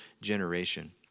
generation